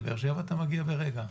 לבאר שבא אתה מגיע ברגע.